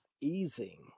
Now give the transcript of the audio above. easing